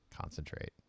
concentrate